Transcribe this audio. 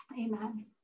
amen